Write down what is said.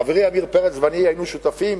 חברי עמיר פרץ ואני היינו שותפים,